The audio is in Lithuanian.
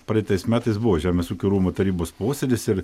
praeitais metais buvo žemės ūkio rūmų tarybos posėdis ir